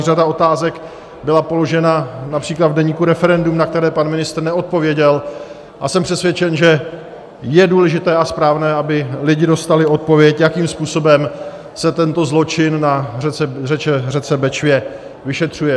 Řada otázek byla položena například v deníku Referendum, na které pan ministr neodpověděl, a jsem přesvědčen, že je důležité a správné, aby lidi dostali odpověď, jakým způsobem se tento zločin na řece Bečvě vyšetřuje.